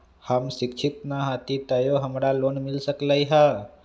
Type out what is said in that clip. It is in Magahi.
हम शिक्षित न हाति तयो हमरा लोन मिल सकलई ह?